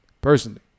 personally